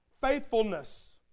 faithfulness